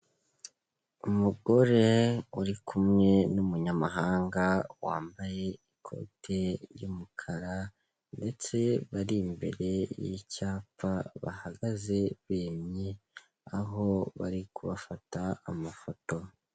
Umugore uri kumwe n'umunyamahanga wambaye ikote ry'umukara ndetse bari imbere y'icyapa bahagaze bemye, aho bari kubafata amafoto.